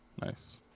nice